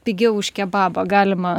pigiau už kebabą galima